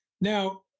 Now